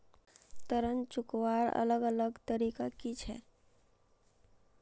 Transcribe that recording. ऋण चुकवार अलग अलग तरीका कि छे?